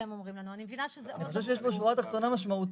אני חושב שיש פה שורה תחתונה משמעותית,